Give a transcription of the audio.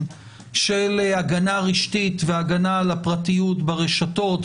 של הגנה רשתית והגנה על הפרטיות ברשתות,